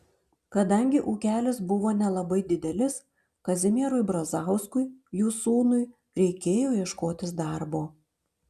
kadangi ūkelis buvo nelabai didelis kazimierui brazauskui jų sūnui reikėjo ieškotis darbo